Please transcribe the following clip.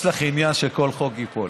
יש לך עניין שכל חוק ייפול,